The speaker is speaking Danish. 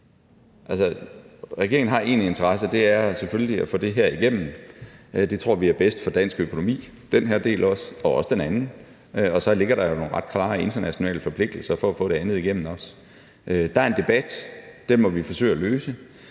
Regeringen har én interesse, og det er selvfølgelig at få det her igennem. Det tror vi er bedst for dansk økonomi. Det gælder den her del og også den anden, og så ligger der jo nogle ret klare internationale forpligtelser for også at få det andet igennem. Der er en debat. Det må vi forsøge at løse.